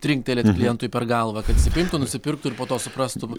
trinktelėt klientui per galvą kad jisai paimtų nusipirktų ir po to suprastų